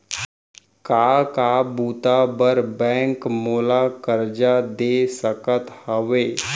का का बुता बर बैंक मोला करजा दे सकत हवे?